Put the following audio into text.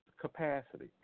capacity